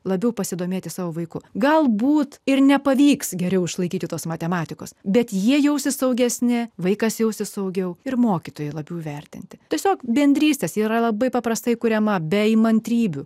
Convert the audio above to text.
labiau pasidomėti savo vaiku galbūt ir nepavyks geriau išlaikyti tos matematikos bet jie jausis saugesni vaikas jausis saugiau ir mokytojai labiau vertinti tiesiog bendrystės yra labai paprastai kuriama be įmantrybių